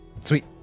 Sweet